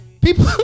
people